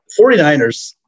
49ers